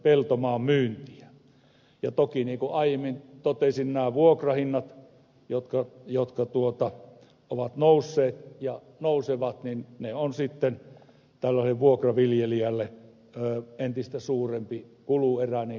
toki niin kuin aiemmin totesin nämä vuokrahinnat jotka ovat nousseet ja nousevat ovat sitten vuokraviljelijälle entistä suurempi kuluerä niin kuin ed